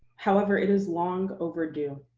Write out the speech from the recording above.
however, it is long overdue.